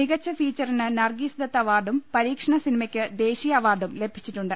മികച്ച ഫീച്ചറിന് നർഗീസ് ദത്ത് അവാർഡും പരീ ക്ഷണ സിനിമയ്ക്ക് ദേശീയ അവാർഡും ലഭിച്ചിട്ടുണ്ട്